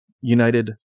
United